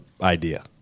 idea